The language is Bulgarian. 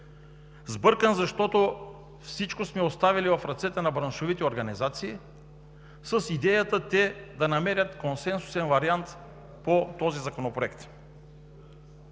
Сбъркан, защото всичко сме оставили в ръцете на браншовите организации с идеята те да намерят консенсусен вариант по Законопроекта.